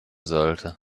sollte